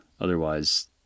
Otherwise